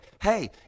hey